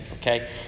okay